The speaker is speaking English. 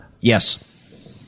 Yes